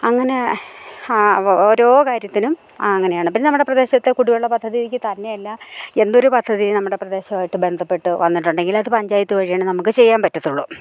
അങ്ങനെ ഓരോ കാര്യത്തിനും അങ്ങനെയാണ് പിന്നെ നമ്മുടെ പ്രദേശത്തെ കുടിവെള്ള പദ്ധതിക്ക് തന്നെയല്ല എന്തൊരു പദ്ധതി നമ്മുടെ പ്രദേശമായിട്ട് ബന്ധപ്പെട്ട് വന്നിട്ടുണ്ടെങ്കിൽ അത് പഞ്ചായത്ത് വഴിയാണ് നമുക്ക് ചെയ്യാൻ പറ്റത്തുള്ളൂ